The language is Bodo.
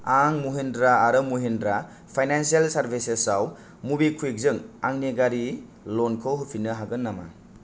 आं महिन्द्रा आरो महिन्द्रा फाइनानसियेल सार्भिसेसाव मबिक्वुइकजों आंनि गारि लनखौ होफिन्नो हागोन नामा